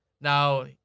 Now